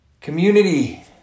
Community